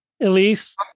Elise